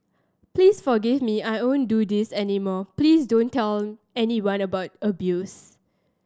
please forgive me I won't do this any more please don't tell anyone about the abuse